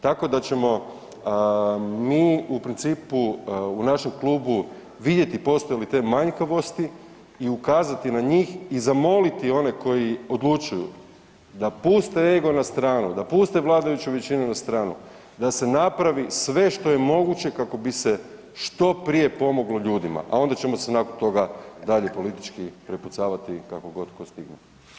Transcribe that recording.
Tako da ćemo mi u principu, u našem klubu vidjeti postoje li te manjkavosti i ukazati na njih i zamoliti one koji odlučuju da puste ego na stranu, da puste vladajuću većinu na stranu, da se napravi sve što je moguće kako bi se što prije pomoglo ljudima a onda ćemo se nakon toga dalje politički prepucavati kako god tko stigne.